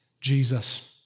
Jesus